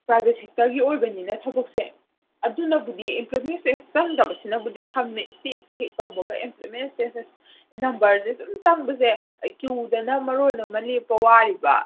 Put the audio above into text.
private ꯁꯦꯛꯇꯔꯒꯤ ꯑꯣꯏꯕꯅꯤꯅ ꯊꯕꯛꯁꯦ ꯑꯗꯨꯅꯕꯨꯗꯤ ꯑꯦꯝꯄ꯭ꯂꯣꯏꯃꯦꯟ ꯑꯦꯛꯁꯆꯦꯟꯁ ꯆꯪꯗꯕꯁꯤꯅꯕꯨꯗꯤ ꯁꯝꯃꯦ ꯁ꯭ꯇꯦꯠꯀꯤ ꯍꯦꯛ ꯇꯧꯕꯒ ꯑꯦꯝꯄ꯭ꯂꯣꯏꯃꯦꯟ ꯑꯦꯛꯁꯆꯦꯟꯁꯇ ꯅꯝꯕꯔꯁꯦ ꯑꯗꯨꯝ ꯆꯪꯕꯁꯦ ꯀ꯭ꯌꯨꯗꯅ ꯃꯔꯣꯜ ꯑꯃ ꯂꯦꯞꯄ ꯋꯥꯔꯤꯕ